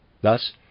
Thus